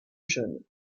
jeunes